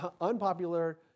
unpopular